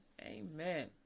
Amen